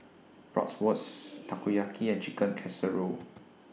Bratwurst Takoyaki and Chicken Casserole